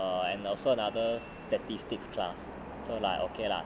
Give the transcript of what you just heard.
err and also another statistics class so like okay lah